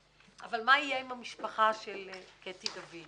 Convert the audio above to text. אבל מה יהיה עם המשפחה של קטי דוד?